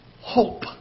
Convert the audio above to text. hope